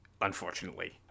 unfortunately